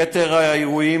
יתר האירועים,